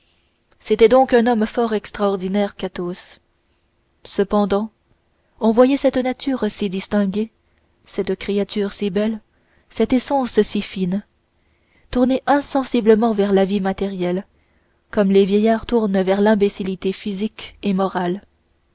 c'était donc un homme fort extraordinaire qu'athos et cependant on voyait cette nature si distinguée cette créature si belle cette essence si fine tourner insensiblement vers la vie matérielle comme les vieillards tournent vers l'imbécillité physique et morale